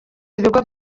ibigo